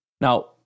Now